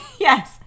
Yes